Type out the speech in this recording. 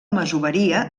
masoveria